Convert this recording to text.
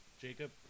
Jacob